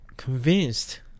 Convinced